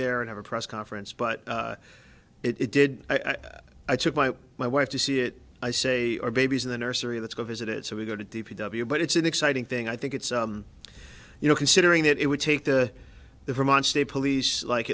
there and have a press conference but it did i get i took my my wife to see it i say our babies in the nursery let's go visit it so we go to d p w but it's an exciting thing i think it's you know considering that it would take to the vermont state police like